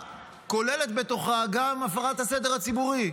שזכות המחאה כוללת בתוכה גם את הפרת הסדר הציבורי.